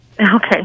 Okay